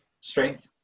Strength